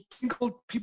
people